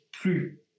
plus